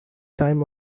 time